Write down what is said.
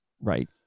right